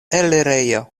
elirejo